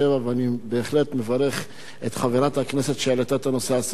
אני בהחלט מברך את חברת הכנסת שהעלתה את הנושא על סדר-היום.